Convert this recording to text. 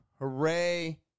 Hooray